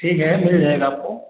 ठीक है मिल जाएगा आपको